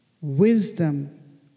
wisdom